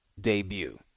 debut